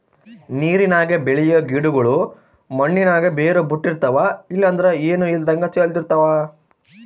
ನೀರಿನಾಗ ಬೆಳಿಯೋ ಗಿಡುಗುಳು ಮಣ್ಣಿನಾಗ ಬೇರು ಬುಟ್ಟಿರ್ತವ ಇಲ್ಲಂದ್ರ ಏನೂ ಇಲ್ದಂಗ ತೇಲುತಿರ್ತವ